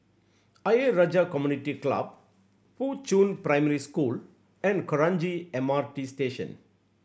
Ayer Rajah Community Club Fuchun Primary School and Kranji M R T Station